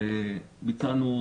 ביצענו,